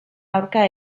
aurka